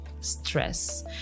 stress